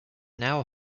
now